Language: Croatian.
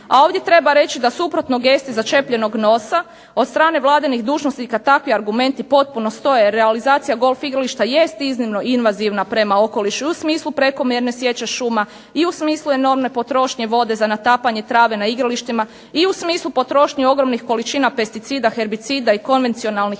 a ovdje se treba reći da suprotno gesti začepljenog nosa od strane Vladinih dužnosnika takvi argumenti potpuno stoje realizacija golf igrališta jest iznimno invazivna prema okolišu i u smislu prekomjerne sječe šuma i u smislu enormne potrošnje vode za natapanje trave na igralištima i u smislu potrošnje ogromnih količina pesticida, herbicida i konvencionalnih